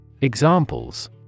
Examples